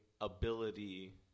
ability